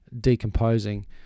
decomposing